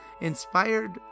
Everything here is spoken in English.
inspired